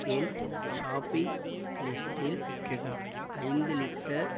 என் shopping லிஸ்டில் ஐந்து litre